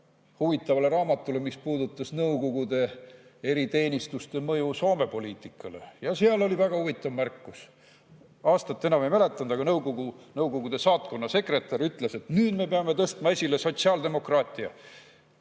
huvitavale raamatule, mis puudutas Nõukogude eriteenistuste mõju Soome poliitikale. Seal oli väga huvitav märkus. Aastat ei mäleta, aga Nõukogude saatkonna sekretär ütles, et nüüd me peame tõstma esile sotsiaaldemokraatia.